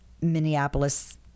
Minneapolis